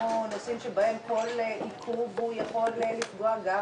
בנושאים שבהם כל עיכוב יכול לפגוע גם